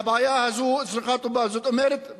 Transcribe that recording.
זאת אומרת,